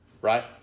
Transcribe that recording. Right